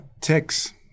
ticks